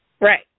Right